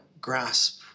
grasp